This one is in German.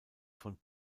von